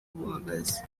buhagaze